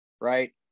right